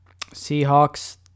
Seahawks